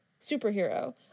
superhero